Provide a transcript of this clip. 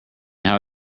how